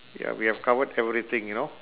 ya we have covered everything you know